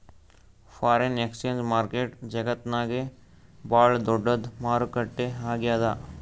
foreign exchange market ಜಗತ್ತ್ನಾಗೆ ಭಾಳ್ ದೊಡ್ಡದ್ ಮಾರುಕಟ್ಟೆ ಆಗ್ಯಾದ